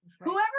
whoever